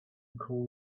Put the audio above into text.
coal